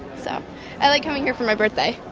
so i like coming here for my birthday.